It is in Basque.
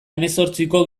hemezortziko